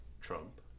Trump